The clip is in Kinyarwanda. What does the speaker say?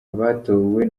abatowe